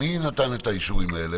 מי נתן את האישורים האלה?